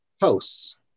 posts